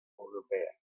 europea